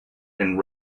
and